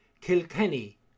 Kilkenny